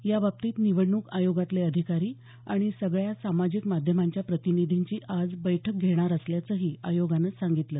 याबाबतीत निवडणूक आयोगातले अधिकारी आणि सगळ्या सामाजिक माध्यमांच्या प्रतिनिधींची आज बैठक घेणार असल्याचंही आयोगानं सांगितलं